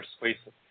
persuasive